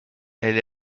elle